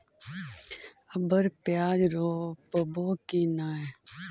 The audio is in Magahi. अबर प्याज रोप्बो की नय?